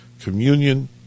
communion